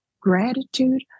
gratitude